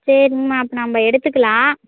சரிங்கம்மா அப்போ நம்ப எடுத்துக்கலாம்